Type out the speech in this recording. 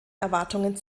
erwartungen